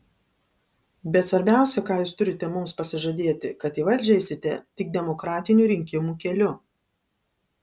bet svarbiausia ką jūs turite mums pasižadėti kad į valdžią eisite tik demokratinių rinkimų keliu